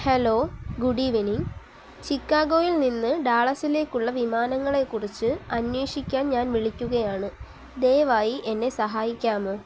hello good evening ചിക്കാഗോയിൽ നിന്ന് ഡാളസിലേക്കുള്ള വിമാനങ്ങളെക്കുറിച്ച് അന്വേഷിക്കാൻ ഞാൻ വിളിക്കുകയാണ് ദയവായി എന്നെ സഹായിക്കാമോ